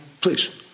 Please